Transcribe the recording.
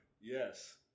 yes